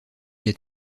est